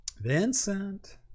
Vincent